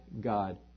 God